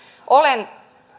olen